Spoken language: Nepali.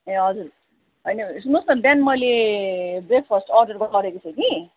ए हजुर होइन सुन्नुहोस् न बिहान मैले ब्रेकफास्ट अर्डर गरेको थिएँ कि